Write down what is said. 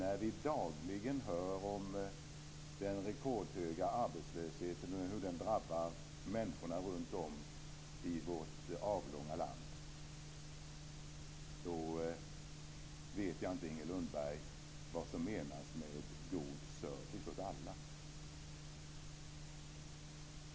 Vi hör dagligen om den rekordhöga arbetslösheten och hur den drabbar människorna runt om i vårt avlånga land. Då vet inte jag vad som menas med god service åt alla, Inger Lundberg.